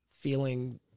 feeling